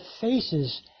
faces